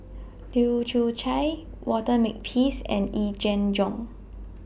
Leu Yew Chye Walter Makepeace and Yee Jenn Jong